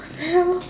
what the hell